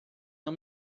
não